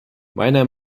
meiner